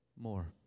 more